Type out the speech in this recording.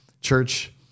church